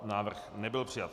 Návrh nebyl přijat.